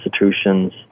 institutions